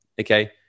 okay